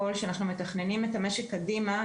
כאשר אנחנו מתכננים את המשק קדימה,